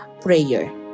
prayer